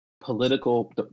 political